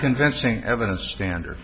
convincing evidence standard